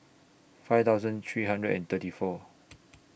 five thousand three hundred and thirty four